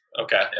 Okay